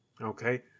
Okay